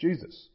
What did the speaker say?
Jesus